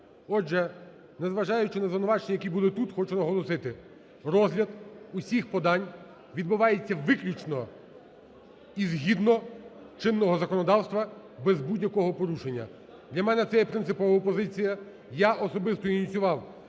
Отже, незважаючи на звинувачення, які були тут, хочу наголосити: розгляд усіх подань відбувається виключно і згідно чинного законодавства, без будь-якого порушення. Для мене це є принципова позиція, я особисто ініціював,